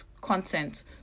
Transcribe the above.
content